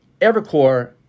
Evercore